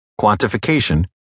quantification